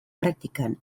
praktikan